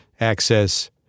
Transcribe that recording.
access